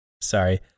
sorry